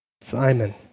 Simon